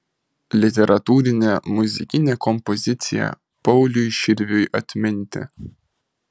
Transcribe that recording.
literatūrinė muzikinė kompozicija pauliui širviui atminti